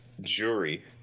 jury